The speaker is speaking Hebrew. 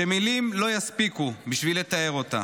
שמילים לא יספיקו בשביל לתאר אותה.